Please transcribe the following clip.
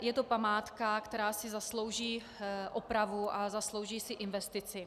Je to památka, která si zaslouží opravu a zaslouží si investici.